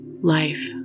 Life